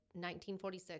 1946